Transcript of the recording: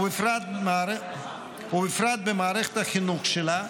ובפרט במערכת החינוך שלה,